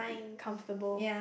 comfortable